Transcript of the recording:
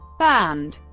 band